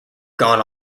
gone